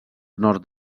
nord